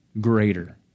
greater